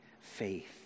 faith